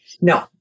No